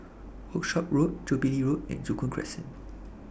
Workshop Road Jubilee Road and Joo Koon Crescent